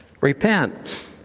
repent